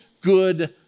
good